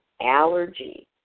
allergy